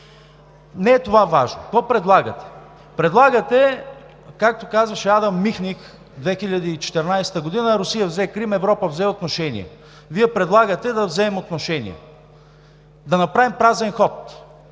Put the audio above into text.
Не е това важното. Какво предлагате? Предлагате, както казваше Адам Михних в 2014 г.: “Русия взе Крим, Европа взе отношение.“ Вие предлагате да вземем отношение, да направим празен ход,